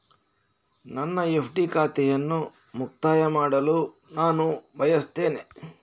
ನನ್ನ ಎಫ್.ಡಿ ಖಾತೆಯನ್ನು ಮುಕ್ತಾಯ ಮಾಡಲು ನಾನು ಬಯಸ್ತೆನೆ